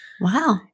Wow